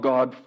God